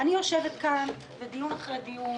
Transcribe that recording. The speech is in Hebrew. אני יושבת כאן ודיון אחרי דיון